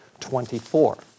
24